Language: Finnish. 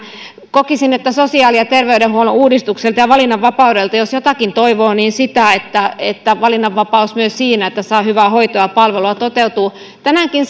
kokisin että jos sosiaali ja terveydenhuollon uudistukselta ja valinnanvapaudelta jotakin toivoo niin sitä että että valinnanvapaus toteutuu myös siinä että saa hyvää hoitoa ja palvelua tänäänkin